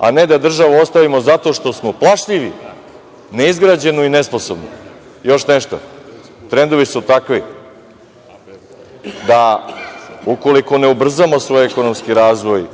a ne da državu ostavimo zato što smo plašljivi, neizgrađenu i nesposobnu. Trendovi su takvi da ukoliko ne ubrzamo svoj ekonomski razvoj,